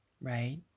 right